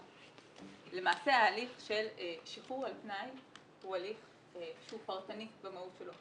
למעשה שחרור על-תנאי הוא הליך שהוא פרטני במהות שלו,